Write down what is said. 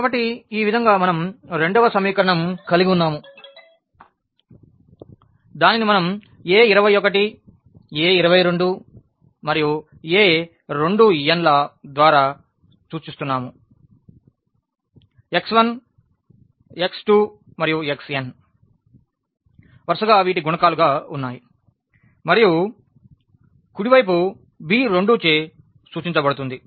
కాబట్టి ఈ విధంగా మనం రెండవ సమీకరణం కలిగివున్నాము దానిని మనం a21 a22 మరియుa2nల ద్వారా సూచిస్తున్నాం x1 x2మరియు xn వరుసగా వీటికి గుణకాలు గా ఉన్నాయి మరియు కుడి వైపు b2చే సూచించబడుతుంది